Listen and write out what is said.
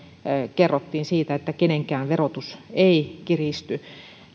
kerrottiin siitä että kenenkään verotus ei kiristy